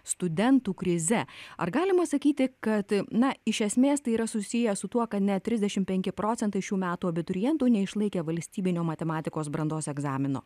studentų krize ar galima sakyti kad na iš esmės tai yra susiję su tuo kad net trisdešim penki procentai šių metų abiturientų neišlaikė valstybinio matematikos brandos egzamino